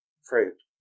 fruit